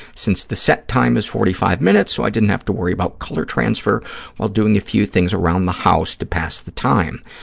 since the set time is forty five minutes, so i didn't have to worry about color transfer while doing a few things around the house to pass the time.